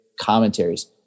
commentaries